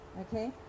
okay